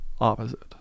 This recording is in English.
opposite